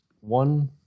one